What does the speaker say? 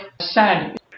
sad